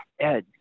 ed